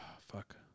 fuck